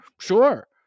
Sure